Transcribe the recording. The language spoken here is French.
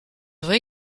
vrai